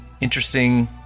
interesting